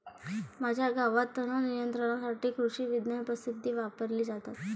माझ्या गावात तणनियंत्रणासाठी कृषिविज्ञान पद्धती वापरल्या जातात